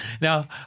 Now